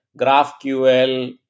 GraphQL